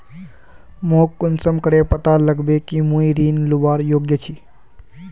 मोक कुंसम करे पता चलबे कि मुई ऋण लुबार योग्य छी?